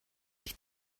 die